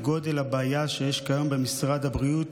גודל הבעיה שיש כיום במשרד הבריאות,